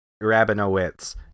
Rabinowitz